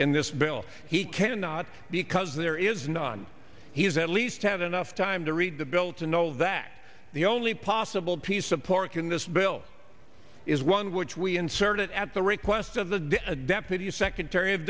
in this bill he cannot because there is none he's at least had enough time to read the bill to know that the only possible piece of pork in this bill is one which we inserted at the request of the deputy secretary of